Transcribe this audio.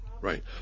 Right